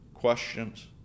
Questions